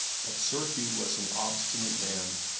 but sir hugh was an obstinate man,